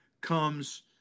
comes